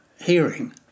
hearing